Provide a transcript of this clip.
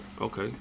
Okay